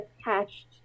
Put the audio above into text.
attached